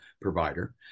provider